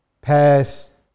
past